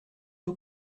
tôt